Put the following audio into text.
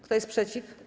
Kto jest przeciw?